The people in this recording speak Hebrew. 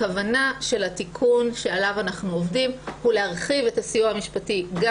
הכוונה של התיקון שעליו אנחנו עובדים הוא להרחיב את הסיוע המשפטי גם